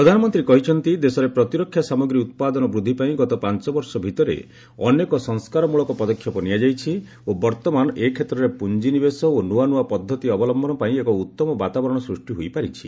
ପ୍ରଧାନମନ୍ତ୍ରୀ କହିଛନ୍ତି ଦେଶରେ ପ୍ରତିରକ୍ଷା ସାମଗ୍ରୀ ଉତ୍ପାଦନ ବୃଦ୍ଧି ପାଇଁ ଗତ ପାଞ୍ଚ ବର୍ଷ ଭିତରେ ଅନେକ ସଂସ୍କାର ମୂଳକ ପଦକ୍ଷେପ ନିଆଯାଇଛି ଓ ବର୍ତ୍ତମାନ ଏ କ୍ଷେତ୍ରରେ ପୁଞ୍ଜିନିବେଶ ଓ ନୂଆ ନୂଆ ପଦ୍ଧତି ଅବଲମ୍ଭନ ପାଇଁ ଏକ ଉତ୍ତମ ବାତାବରଣ ସୃଷ୍ଟି ହୋଇପାରିଛି